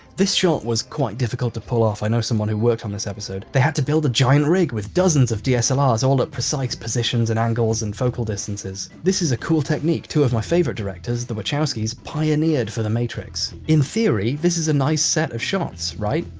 this shot was quite difficult to pull off, i know someone who worked on this episode. they had to build a giant rig with dozens of dslrs all at precise positions and angles and focal distances. this is a cool technique. two of my favourite directors, the wachowskis, pioneered for the matrix. in theory, this is a nice set of shots, right?